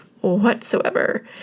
whatsoever